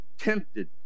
tempted